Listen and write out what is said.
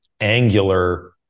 angular